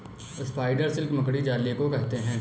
spider silk मकड़ी जाले को कहते हैं